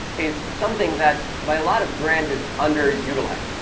is something that by a lot of brands is underutilized.